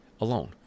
alone